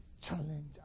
challenge